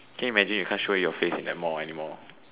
can you imagine you can't show your face in that Mall anymore